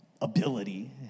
ability